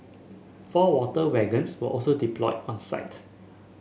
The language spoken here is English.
four water wagons were also deployed on site